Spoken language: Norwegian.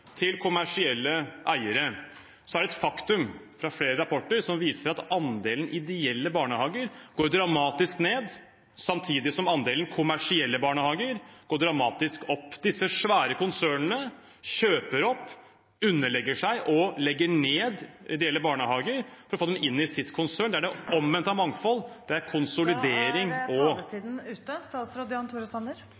til kommersielle eiere. Så er det et faktum – flere rapporter viser det – at andelen ideelle barnehager går dramatisk ned, samtidig som andelen kommersielle barnehager går dramatisk opp. Disse svære konsernene kjøper opp, underlegger seg og legger ned ideelle barnehager for å få dem inn i sitt konsern. Det er det omvendte av mangfold, det er konsolidering.